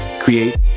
create